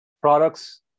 products